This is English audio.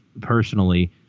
personally